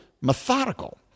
methodical